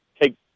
Take